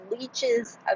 leeches